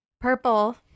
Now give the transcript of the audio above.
Purple